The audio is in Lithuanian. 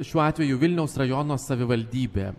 šiuo atveju vilniaus rajono savivaldybė